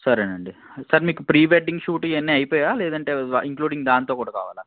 సరే అండి సార్ మీకు ఫ్రీ వెడ్డింగ్ షూట్ ఇవన్నీ అయిపోయాయా లేదంటే ఇంక్లూడింగ్ దాంతో కూడా కావాలా